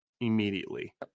immediately